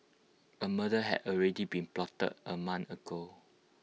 A murder had already been plotted A month ago